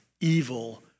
evil